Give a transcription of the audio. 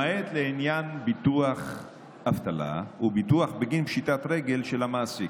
למעט לעניין ביטוח אבטלה וביטוח בגין פשיטת רגל של המעסיק,